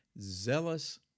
zealous